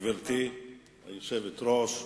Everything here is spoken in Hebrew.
גברתי היושבת-ראש,